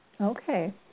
Okay